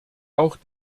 auch